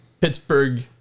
Pittsburgh